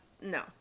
No